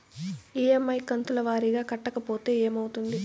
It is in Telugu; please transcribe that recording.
ఇ.ఎమ్.ఐ కంతుల వారీగా కట్టకపోతే ఏమవుతుంది?